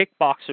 Kickboxer